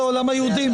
היהודי,